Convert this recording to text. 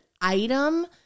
item